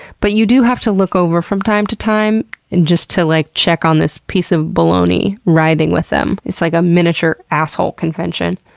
but you do have to look over from time to time and just like check on this piece of bologna writhing with them. it's like a miniature asshole convention.